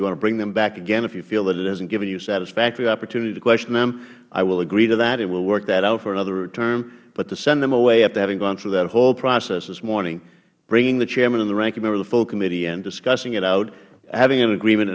you want to bring them back again if you feel that it hasn't given you satisfactory opportunity to question them i will agree to that and we will work that out for another return but to send them away after having gone through that whole process this morning bringing the chairman and the ranking member of the full committee in discussing it out having an agreement